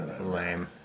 Lame